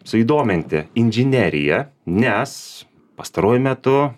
suįdominti inžinerija nes pastaruoju metu